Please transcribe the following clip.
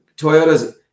Toyota's